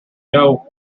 know